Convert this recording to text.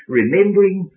remembering